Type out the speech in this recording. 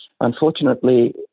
Unfortunately